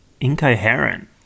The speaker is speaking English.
Incoherent